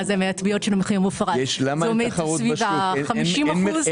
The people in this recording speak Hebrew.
מהתביעות של מחיר מופרז זה עומד סביב 50%. למה אין תחרות בשוק?